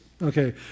Okay